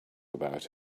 about